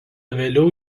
vėliau